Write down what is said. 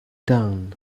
dawn